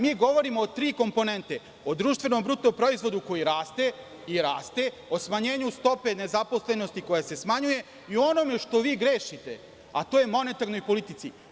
Mi govorimo o tri komponente, o društvenom bruto proizvodu, koji raste i raste, o smanjenju stope nezaposlenosti, koja se smanjuje, i onome što vi grešite, a to je monetarnoj politici.